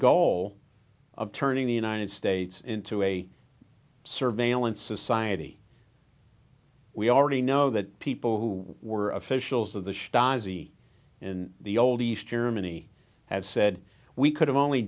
goal of turning the united states into a surveillance society we already know that people who were officials of the stasi in the old east germany had said we could have only